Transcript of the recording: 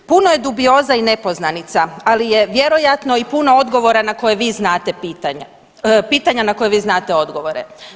Puno je dubioza i nepoznanica, ali je vjerojatno i puno odgovora na koje vi znate pitanja, pitanja na koje vi znate odgovore.